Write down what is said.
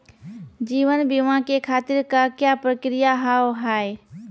जीवन बीमा के खातिर का का प्रक्रिया हाव हाय?